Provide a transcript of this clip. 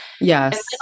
Yes